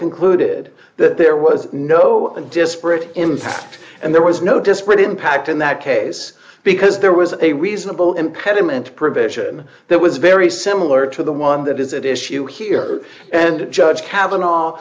concluded that there was no and disparate impact and there was no disparate impact in that case because there was a reasonable impediment provision that was very similar to the one that is at issue here and judge